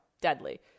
deadly